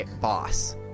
boss